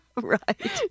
Right